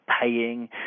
paying